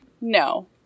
no